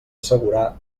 assegurar